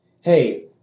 Hey